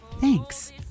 Thanks